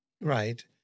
Right